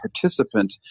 participant